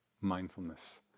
mindfulness